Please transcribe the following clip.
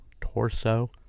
Torso